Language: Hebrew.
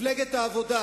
מפלגת העבודה,